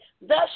Thus